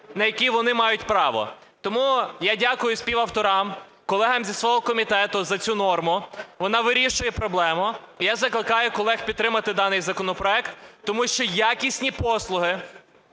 на який вони мають право. Тому я дякую співавторам колегам зі свого комітету за цю норму, вона вирішує проблему. Я закликаю колег підтримати даний законопроект. Тому що якісні послуги